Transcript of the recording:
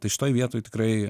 tai šitoj vietoj tikrai